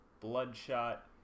Bloodshot